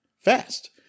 fast